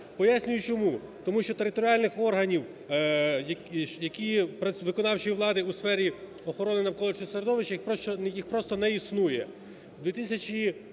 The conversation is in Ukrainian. Пояснюю, чому. Тому що територіальних органів виконавчої влади у сфері охорони навколишнього середовища – їх просто не існує.